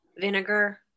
vinegar